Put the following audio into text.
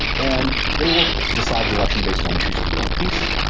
and they will decide the election based on issues of war and peace,